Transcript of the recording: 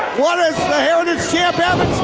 what does the heritage champ have